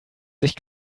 sich